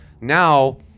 now